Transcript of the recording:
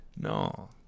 No